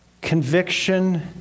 Conviction